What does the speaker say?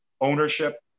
ownership